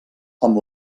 amb